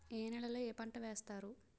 ఏ నేలలో ఏ పంట వేస్తారు?